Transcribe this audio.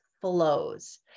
flows